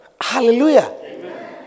Hallelujah